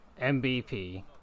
MVP